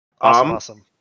awesome